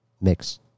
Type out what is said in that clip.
mix